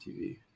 tv